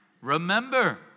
Remember